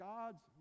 God's